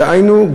דהיינו,